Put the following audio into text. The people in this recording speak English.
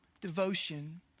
devotion